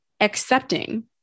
Accepting